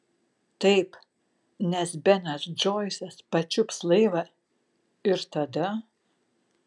taip nes benas džoisas pačiups laivą ir tada